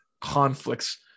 conflicts